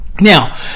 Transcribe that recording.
Now